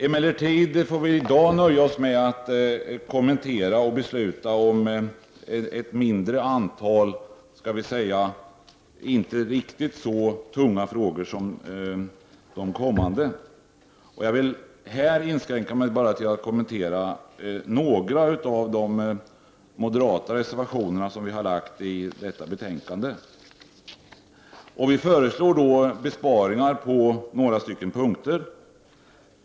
Emellertid får vi i dag nöja oss med att kommentera och fatta beslut om ett mindre antal inte riktigt så s.k. tunga frågor som de kommande ärendena. Jag vill i detta sammanhang inskränka mig till att kommentera några av de moderata reservationerna i detta betänkande. Vi föreslår besparingar på några punkter.